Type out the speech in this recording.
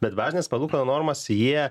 bet bazines palūkanų normas jie